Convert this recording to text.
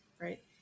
right